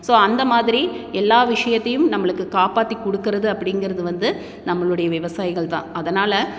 so அந்த மாதிரி எல்லா விஷயத்தையும் நம்மளுக்கு காப்பாற்றி கொடுக்கறது அப்படிங்கிறது வந்து நம்மளுடைய விவசாயிகள் தான் அதனால்